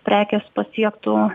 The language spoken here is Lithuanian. prekės pasiektų